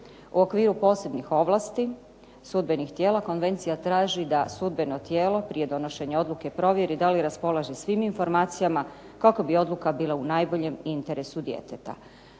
U okviru posebnih ovlasti sudbenih tijela konvencija traži da sudbeno tijelo prije donošenja odluke provjeri da li raspolaže svim informacijama kako bi odluka bila u najboljem interesu djeteta.